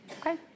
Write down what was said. Okay